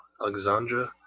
Alexandra